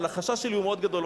אבל החשש שלי הוא מאוד גדול.